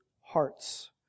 hearts